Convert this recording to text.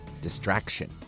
distraction